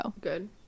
Good